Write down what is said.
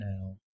now